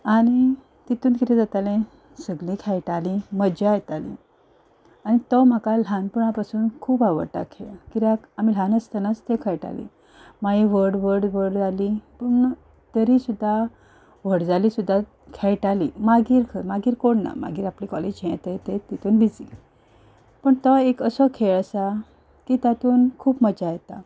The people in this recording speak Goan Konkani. आनी तितून किदें जातालें सगलीं खेळटालीं मज्जा येताली आनी तें म्हाका ल्हानपणा पसून खूब आवडटा किद्याक ल्हान आसतनाच तें खेळटालीं मागीर व्हड व्हड व्हड जालीं पूण तरी सुद्दां व्हड जालीं सुद्दां खेळटालीं मागीर खंय मागीर कोण ना मागीर आपलीं कॉलेज हें तें तितून बिजी पूण तो एक असो खेळ आसा तितून खूब मजा येता